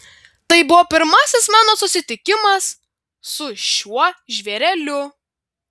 tai buvo pirmasis mano susitikimas su šiuo žvėreliu